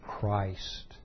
Christ